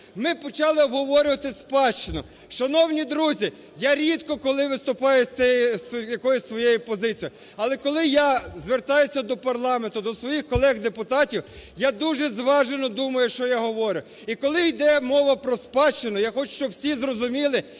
ми почали обговорювати спадщину. Шановні друзі, я рідко коли виступаю з якоюсь своєю позицією. Але, коли я звертаюсь до парламенту, до своїх колег-депутатів, я дуже зважено думаю, що я говорю. І коли йде мова про спадщину, я хочу, щоб всі зрозуміли